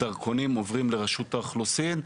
הדרכונים עובדים לרשות האוכלוסין,